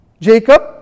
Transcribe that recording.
Jacob